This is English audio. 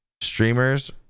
streamers